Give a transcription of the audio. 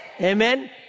Amen